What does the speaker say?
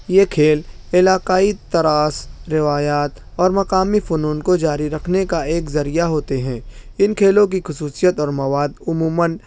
یہ کھیل علاقائی تراس روایات اور مقامی فنون کو جاری رکھنے کا ایک ذریعہ ہوتے ہیں ان کھیلو کی خصوصیت اور مواد عموماً